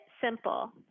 simple